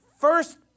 first